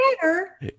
better